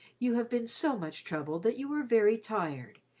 you have been so much troubled that you are very tired,